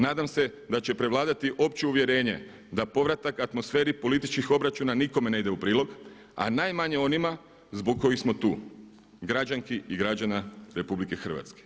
Nadam se da će prevladati opće uvjerenje da povratak atmosferi političkih obračuna nikome ne ide u prilog, a najmanje onima zbog kojih smo tu, građanki i građana RH.